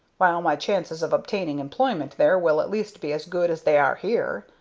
while my chances of obtaining employment there will at least be as good as they are here.